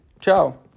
Ciao